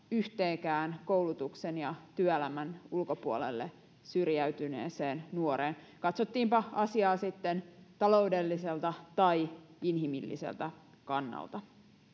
yhteenkään koulutuksen ja työelämän ulkopuolelle syrjäytyneeseen nuoreen katsottiinpa asiaa sitten taloudelliselta tai inhimilliseltä kannalta